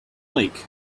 like